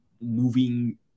moving